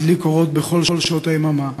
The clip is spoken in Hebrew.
להדליק אורות בכל שעות היממה,